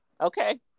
okay